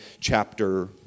chapter